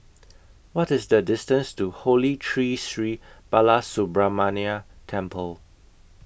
What IS The distance to Holy Tree Sri Balasubramaniar Temple